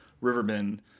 Riverbend